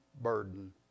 burden